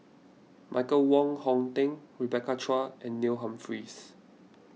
Michael Wong Hong Teng Rebecca Chua and Neil Humphreys